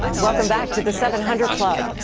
welcome back to the seven hundred club.